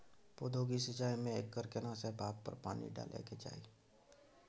पौधों की सिंचाई में एकर केना से भाग पर पानी डालय के चाही?